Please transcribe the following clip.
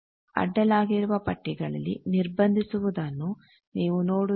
ಅಡ್ಡಲಾಗಿರುವ ಪಟ್ಟಿಗಳಲ್ಲಿ ನಿರ್ಭಂದಿಸುವುದನ್ನು ನೀವು ನೋಡುತ್ತೀರಿ